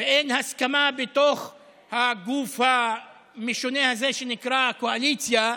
ואין הסכמה בתוך הגוף המשונה הזה שנקרא קואליציה,